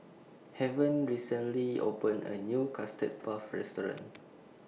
Heaven recently opened A New Custard Puff Restaurant